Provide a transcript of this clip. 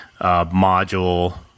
module